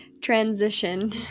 transition